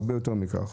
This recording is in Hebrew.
הרבה יותר מכך.